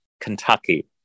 Kentucky